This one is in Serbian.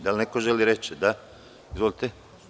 Da li neko želi reč? (Da) Izvolite.